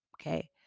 okay